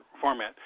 format